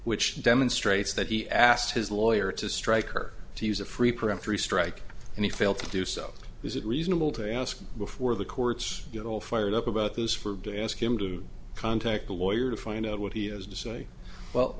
which demonstrates that he asked his lawyer to strike her to use a free peremptory strike and he failed to do so is it reasonable to ask before the courts get all fired up about those for to ask him to contact the lawyer to find out what he has to say well